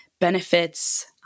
benefits